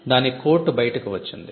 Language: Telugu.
దాని కోట్ బయటకు వచ్చింది